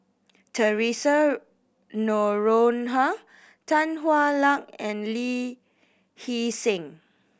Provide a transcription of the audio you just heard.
Theresa Noronha Tan Hwa Luck and Lee Hee Seng